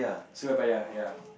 Surabaya ya